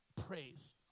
praise